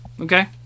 Okay